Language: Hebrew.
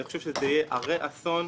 אני חושב שזה יהיה הרה אסון.